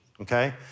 okay